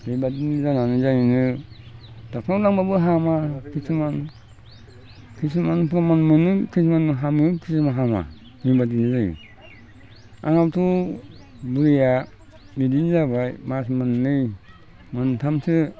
बेबादिनो जानानै जोङो डक्ट'रनाव लांबाबो हामा खिसुमान खिसुमाव प्र'मान मोनो खिसुमान हामो खिसुमान हामा बेबायदिनो जायो आंहाथ' बुरैया बिदिनो जाबाय मास मोननै मोनथामसो